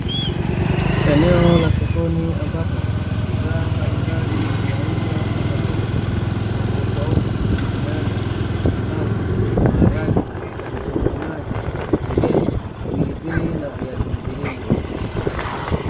Eneo la sokoni ambapo bidhaa mbalimbali zinauzwa kama vile: vitunguu swaumu, nyanya, limao, maharage, vitunguu maji, njegere, pilipili na viazi mviringo.